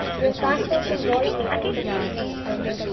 we are thankful to roy graham for putting this together.